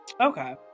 Okay